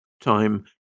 Time